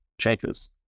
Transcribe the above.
changes